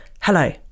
Hello